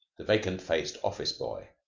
the vacant-faced office boy.